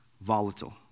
volatile